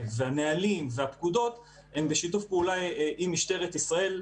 הנהלים והפקודות הם בשיתוף פעולה עם משטרת ישראל.